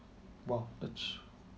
!wow! that's